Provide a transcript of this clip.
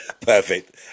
perfect